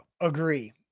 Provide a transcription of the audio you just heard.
agree